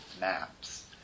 maps